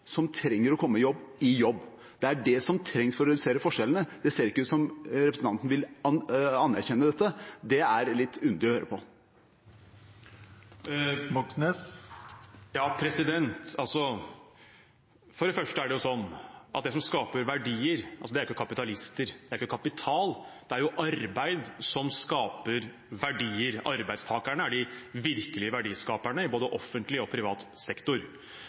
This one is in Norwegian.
som trenger å komme i jobb, i jobb. Det er det som trengs for å redusere forskjellene. Det ser ikke ut som representanten vil anerkjenne dette. Det er litt underlig å høre på. For det første er det sånn at det som skaper verdier, er ikke kapitalister, det er ikke kapital. Det er arbeid som skaper verdier. Arbeidstakerne er de virkelige verdiskaperne i både offentlig og privat sektor.